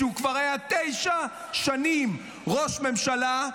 כשהוא כבר היה תשע שנים ראש ממשלה,